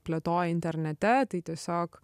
plėtoja internete tai tiesiog